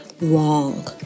wrong